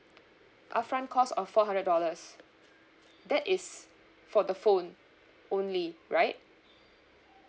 upfront cost of four hundred dollars that is for the phone only right